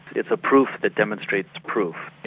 it's a proof that demonstrates proof.